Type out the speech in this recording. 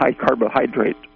high-carbohydrate